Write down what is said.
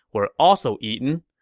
were also eaten.